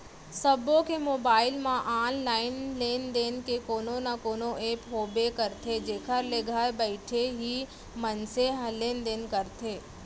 सबो के मोबाइल म ऑनलाइन लेन देन के कोनो न कोनो ऐप होबे करथे जेखर ले घर बइठे ही मनसे ह लेन देन करथे